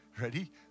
ready